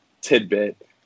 tidbit